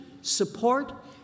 support